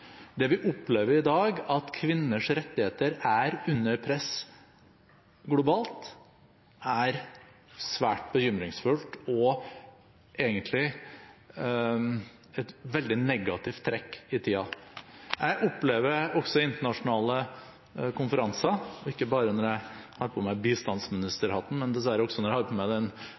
Det vi opplever i dag, at kvinners rettigheter er under press globalt, er svært bekymringsfullt og egentlig et veldig negativt trekk i tiden. Jeg opplever at man på internasjonale konferanser – og ikke bare når jeg har på meg bistandsministerhatten, men dessverre også når jeg har på meg